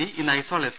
C ഇന്ന് Aizawl F